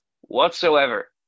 whatsoever